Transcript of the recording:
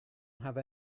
have